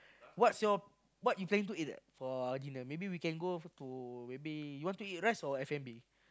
what's your what you planning to eat for dinner maybe we can go to maybe you want to eat rice or F-and-B